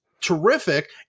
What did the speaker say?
terrific